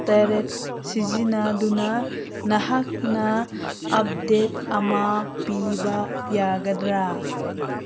ꯇꯔꯦꯠ ꯁꯤꯖꯤꯟꯅꯗꯨꯅ ꯅꯍꯥꯛꯅ ꯑꯞꯗꯦꯠ ꯑꯃ ꯄꯤꯕ ꯌꯥꯒꯗ꯭ꯔꯥ